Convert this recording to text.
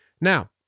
Now